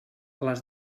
les